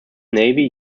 navy